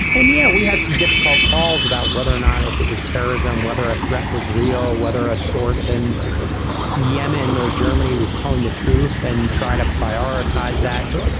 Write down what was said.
and yeah, we had some difficult calls about whether or not if it was terrorism, whether a threat was real, whether a source in yemen or germany was telling the truth, then try to prioritize that, so,